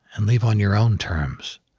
and leave on your own terms.